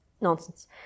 nonsense